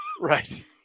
right